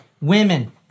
women